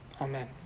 amen